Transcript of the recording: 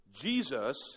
Jesus